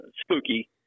spooky